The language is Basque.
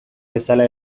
bezala